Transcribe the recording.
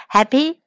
Happy